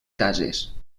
cases